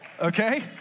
okay